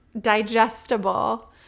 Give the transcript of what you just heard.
digestible